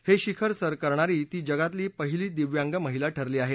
हे शिखर सर करणारी ती जगातली पहिली दिव्यांग महिला ठरली आहे